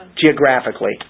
geographically